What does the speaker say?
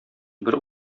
бер